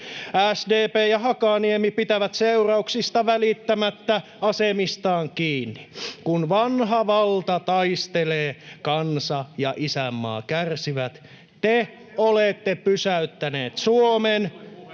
SDP ja Hakaniemi pitävät seurauksista välittämättä asemistaan kiinni. Kun vanha valta taistelee, kansa ja isänmaa kärsivät. Te olette pysäyttäneet Suomen.